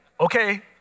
okay